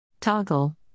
Toggle